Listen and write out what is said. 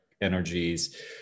energies